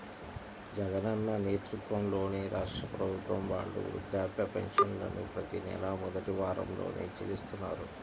జగనన్న నేతృత్వంలోని రాష్ట్ర ప్రభుత్వం వాళ్ళు వృద్ధాప్య పెన్షన్లను ప్రతి నెలా మొదటి వారంలోనే చెల్లిస్తున్నారు